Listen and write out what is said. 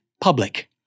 public